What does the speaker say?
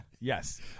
Yes